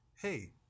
hey